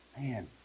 man